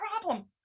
problem